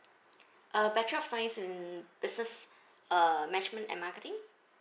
uh bachelor of science in business uh management and marketing